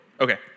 Okay